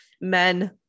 Men